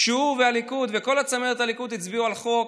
כשהוא והליכוד וכל צמרת הליכוד הצביעו על חוק,